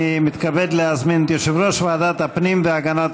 אני מתכבד להזמין את יושב-ראש ועדת הפנים והגנת